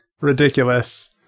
ridiculous